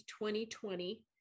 2020